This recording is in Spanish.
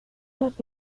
las